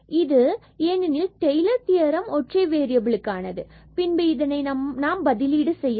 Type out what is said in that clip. இது ஏனெனில் Taylor theorem ஒற்றை வேறியபிளுக்கு ஆனது மற்றும் பின்பு இதனை நாம் பதிலீடு செய்யலாம்